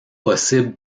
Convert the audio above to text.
possible